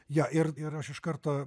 jo ir ir aš iš karto